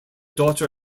daughter